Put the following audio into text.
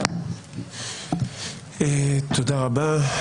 תודה רבה,